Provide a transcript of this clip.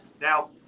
Now